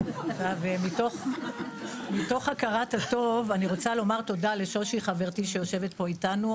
מתוך הכרת הטוב אני רוצה לומר תודה לשושי חברתי שיושבת פה איתנו,